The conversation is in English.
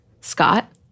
Scott